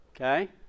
okay